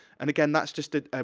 and, again, that's just a, ah